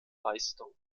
leistung